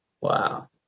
Wow